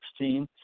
2016